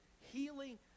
healing